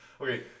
Okay